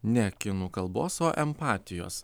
ne kinų kalbos o empatijos